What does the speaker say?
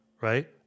right